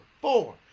Four